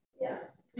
yes